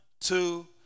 two